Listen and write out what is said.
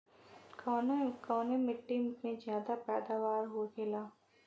कवने मिट्टी में ज्यादा पैदावार होखेला?